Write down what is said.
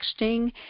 texting